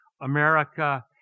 America